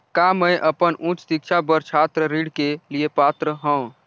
का मैं अपन उच्च शिक्षा बर छात्र ऋण के लिए पात्र हंव?